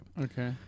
Okay